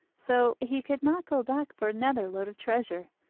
so he could not go back for another load of treasure.